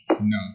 No